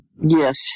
Yes